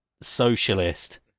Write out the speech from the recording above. socialist